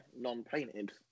non-painted